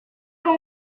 con